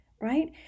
right